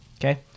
okay